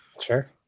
Sure